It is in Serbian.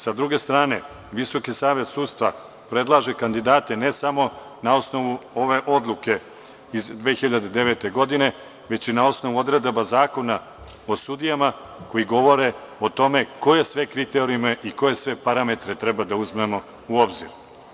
Sa druge strane, Visoki savet sudstva predlaže kandidate ne samo na osnovu ove odluke iz 2009. godine, već i na osnovu odredaba Zakona o sudijama koje govore o tome koje sve kriterijume i koje sve parametre treba da uzmemo u obzir.